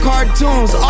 Cartoons